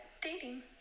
dating